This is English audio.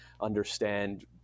understand